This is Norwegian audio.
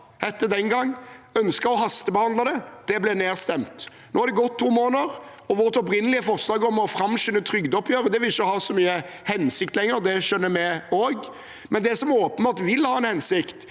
het det den gangen. Vi ønsket å hastebehandle det, men det ble nedstemt. Nå har det gått to måneder. Vårt opprinnelige forslag om å fram skynde trygdeoppgjøret vil ikke ha så mye hensikt lenger, det skjønner vi også. Det som åpenbart vil ha en hensikt,